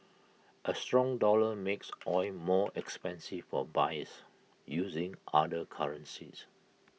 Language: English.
A strong dollar makes oil more expensive for buyers using other currencies